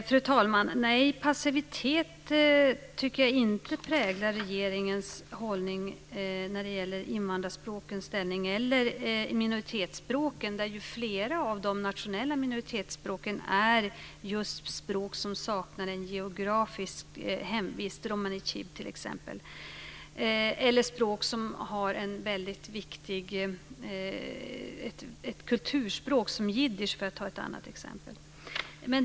Fru talman! Nej, passivitet tycker jag inte präglar regeringens hållning när det gäller invandrarspråkens eller minoritetsspråkens ställning. Flera av de nationella minoritetsspråken är just språk som saknar en geografisk hemvist, t.ex. romani chib, eller ett kulturspråk som jiddisch för att ta ett annat exempel.